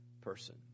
person